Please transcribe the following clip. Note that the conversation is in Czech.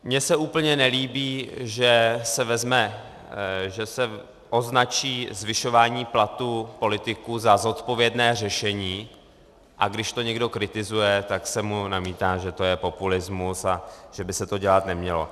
Mně se úplně nelíbí, že se označí zvyšování platu politiků za zodpovědné řešení, a když to někdo kritizuje, tak se mu namítá, že je to populismus a že by se to dělat nemělo.